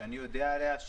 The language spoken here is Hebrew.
שאני יודע עליה,